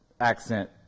accent